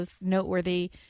noteworthy